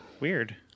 Weird